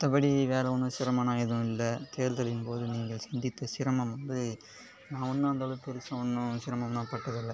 மற்றபடி வேறு ஒன்றும் சிரமம்னா எதுவும் இல்லை தேர்தலின் போது நீங்கள் சந்தித்த சிரமம் வந்து நான் ஒன்றும் அந்த அளவுக்கு சிரமம்னு சிரமமெலாம் பட்டது இல்லை